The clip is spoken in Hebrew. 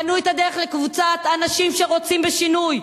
פנו את הדרך לקבוצת אנשים שרוצים בשינוי.